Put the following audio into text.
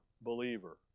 believer